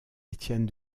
étienne